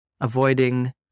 avoiding